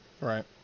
Right